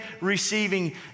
receiving